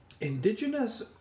indigenous